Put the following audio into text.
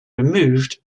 removed